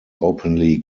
openly